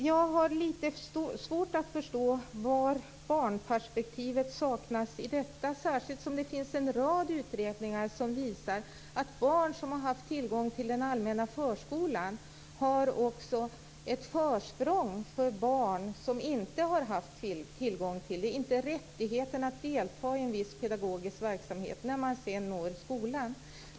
Jag har lite svårt att förstå var barnperspektivet saknas i detta, särskilt som det finns en rad utredningar som visar att barn som har haft tillgång till den allmänna förskolan har också ett försprång när de når skolan framför barn som inte har haft tillgång till eller rättigheten att delta i viss pedagogisk verksamhet.